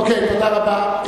אוקיי, תודה רבה.